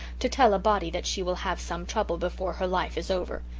to tell a body that she will have some trouble before her life is over.